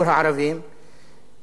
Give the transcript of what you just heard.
כאשר הם נמצאים בניו-יורק,